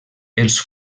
els